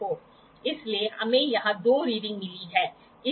तो फिर आप क्या करेंगे कि साइन नियम को लागू करके एंगल का निर्धारण किया जाता है